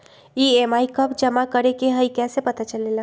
EMI कव जमा करेके हई कैसे पता चलेला?